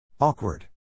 Awkward